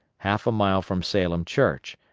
half a mile from salem church,